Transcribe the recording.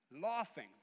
laughing